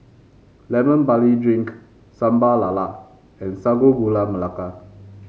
Lemon Barley Drink Sambal Lala and Sago Gula Melaka